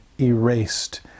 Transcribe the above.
erased